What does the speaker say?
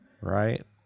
Right